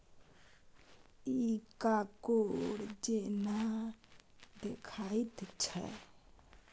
इ कॉकोड़ जेना देखाइत छै